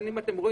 אם אני חוזרת